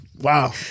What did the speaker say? wow